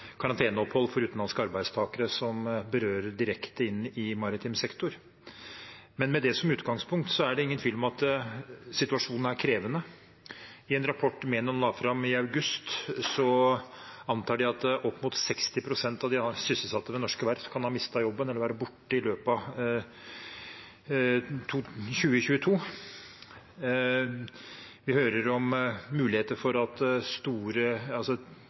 karanteneopphold for utenlandske arbeidstakere som berører maritim sektor direkte. Med det som utgangspunkt er det ingen tvil om at situasjonen er krevende. I en rapport Menon la fram i august, antar de at opp mot 60 pst. av de sysselsatte ved norske verft kan ha mistet jobben eller vil være borte i løpet av 2022. Vi hører om muligheter for at